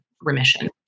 remission